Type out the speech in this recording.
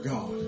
God